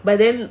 but then